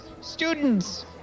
students